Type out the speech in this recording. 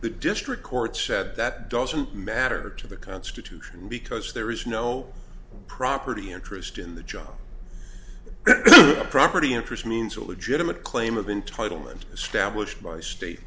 the district court said that doesn't matter to the constitution because there is no property interest in the job the property interest means a legitimate claim of entitlement established by state